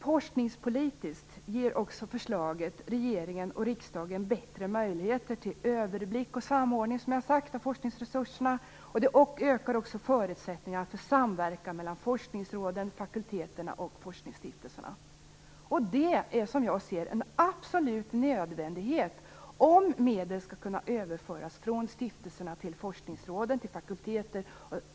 Forskningspolitiskt ger också förslaget regeringen och riksdagen bättre möjligheter till överblick och samordning av forskningsresurserna. Det ökar också förutsättningarna för samverkan mellan forskningsråden, fakulteterna och forskningsstiftelserna. Det är, som jag ser det, en absolut nödvändighet om medel skall kunna överföras från stiftelserna till forskningsråden, fakulteterna och sektorsorganen.